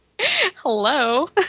Hello